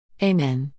Amen